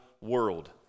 World